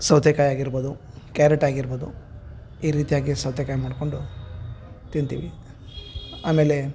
ಸೌತೆಕಾಯಿ ಆಗಿರ್ಬೌದು ಕ್ಯಾರಟ್ ಆಗಿರ್ಬೌದು ಈ ರೀತಿಯಾಗಿ ಸೌತೆಕಾಯಿ ಮಾಡಿಕೊಂಡು ತಿಂತೀವಿ ಆಮೇಲೆ